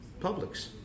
Publix